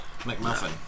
McMuffin